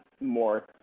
more